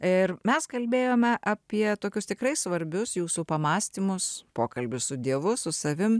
ir mes kalbėjome apie tokius tikrai svarbius jūsų pamąstymus pokalbius su dievu su savim